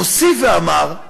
הוסיף ואמר,